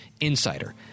insider